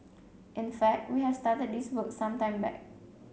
in fact we have started this work some time back